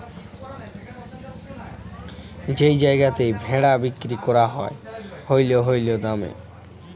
যেই জায়গাতে ভেড়া বিক্কিরি ক্যরা হ্যয় অল্য অল্য দামে